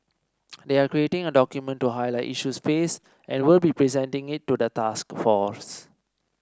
they are creating a document to highlight issues faced and will be presenting it to the task force